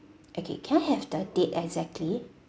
okay can I have the date exactly